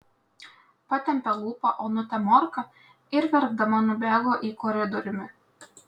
patempė lūpą onutė morka ir verkdama nubėgo į koridoriumi